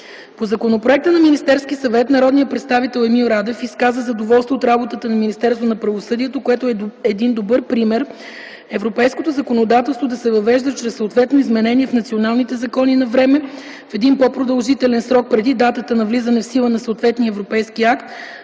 По законопроекта на Министерския съвет народният представител Емил Радев изказа задоволство от работата на Министерство на правосъдието, което е един добър пример европейското законодателство да се въвежда чрез съответно изменение в националните закони навреме, в един по-продължителен срок преди датата на влизане в сила на съответния европейски акт,